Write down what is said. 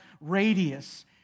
radius